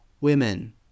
women